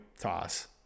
toss